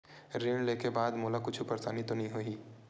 ऋण लेके बाद मोला कुछु परेशानी तो नहीं होही?